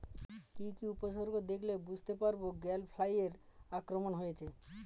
কি কি উপসর্গ দেখলে বুঝতে পারব গ্যাল ফ্লাইয়ের আক্রমণ হয়েছে?